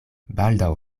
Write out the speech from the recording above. baldaŭ